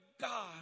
God